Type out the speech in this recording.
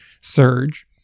surge